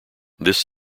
this